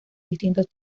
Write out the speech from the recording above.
distintos